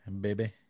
baby